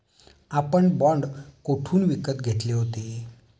आपण बाँड कोठून विकत घेतले होते?